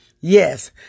Yes